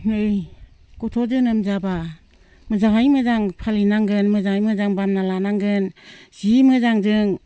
नै गथ' जोनोम जाब्ला मोजाङै मोजां फालिनांगोन मोजाङै मोजां बामना लानांगोन जि मोजांजों